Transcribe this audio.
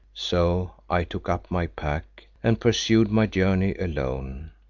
so i took up my pack and pursued my journey alone,